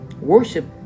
Worship